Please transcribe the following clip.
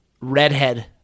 Redhead